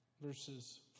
Verses